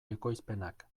ekoizpenak